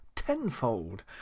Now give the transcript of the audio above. tenfold